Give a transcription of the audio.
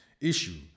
issue